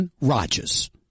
Rodgers